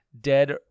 Dead